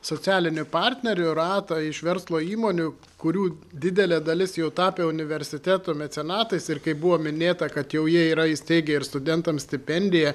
socialinių partnerių ratą iš verslo įmonių kurių didelė dalis jau tapę universiteto mecenatais ir kaip buvo minėta kad jau jie yra įsteigę ir studentams stipendiją